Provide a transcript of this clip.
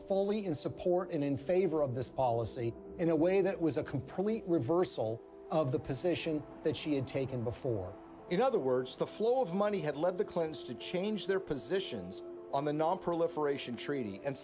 fully in support and in favor of this policy in a way that was a complete reversal of the position that she had taken before in other words the flow of money had led the clintons to change their positions on the nonproliferation treaty and